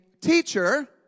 teacher